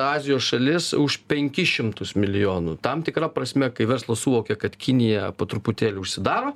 azijos šalis už penkis šimtus milijonų tam tikra prasme kai verslas suvokė kad kinija po truputėlį užsidaro